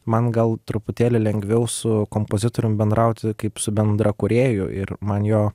man gal truputėlį lengviau su kompozitorium bendrauti kaip su bendrakūrėju ir man jo